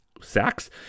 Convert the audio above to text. sacks